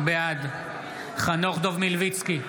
בעד חנוך דב מלביצקי,